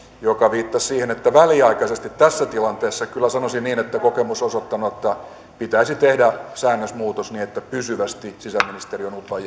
joka viittasi siihen että väliaikaisesti tässä tilanteessa kyllä sanoisin niin että kokemus on osoittanut että pitäisi tehdä säännösmuutos niin että pysyvästi sisäministeri on utvan